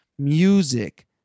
Music